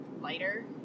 lighter